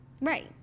right